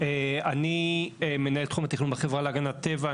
אני מנהל את תחום התכנון בחברה להגנת הטבע,